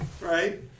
Right